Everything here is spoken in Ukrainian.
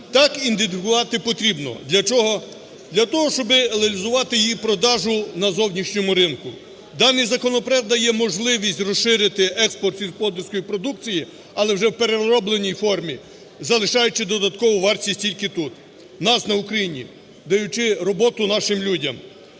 Так, ідентифікувати потрібно. Для чого? Для того, щоби легалізувати їх продаж на зовнішньому ринку. Даний законопроект дає можливість розширити експорт сільськогосподарської продукції, але вже в переробленій формі, залишаючи додаткову вартість тільки тут, у нас, на Україні, даючи роботу нашим людям.